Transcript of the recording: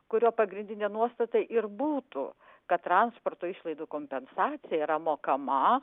kurio pagrindinė nuostata ir būtų kad transporto išlaidų kompensacija yra mokama